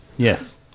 Yes